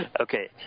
Okay